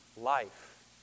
life